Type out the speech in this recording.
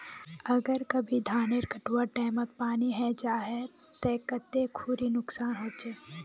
अगर कभी धानेर कटवार टैमोत पानी है जहा ते कते खुरी नुकसान होचए?